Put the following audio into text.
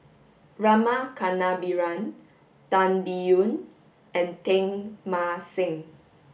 Rama Kannabiran Tan Biyun and Teng Mah Seng